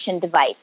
device